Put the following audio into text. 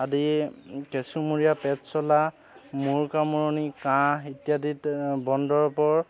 আদি কেঁচুমৰীয়া পেট চলা মূৰ কামোৰণি কাঁহ ইত্যাদিত বনদৰৱৰ